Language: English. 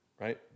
right